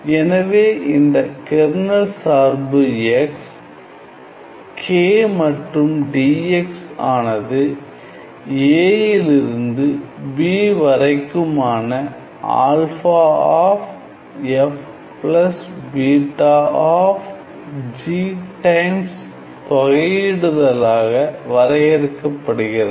எனவே இந்த கெர்னல் சார்பு x k மற்றும் d x ஆனது a யிலிருந்து b வரைக்குமான alpha of f plus beta of g times தொகையீடுதலாக வரையறுக்கப்படுகிறது